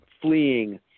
Fleeing